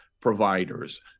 providers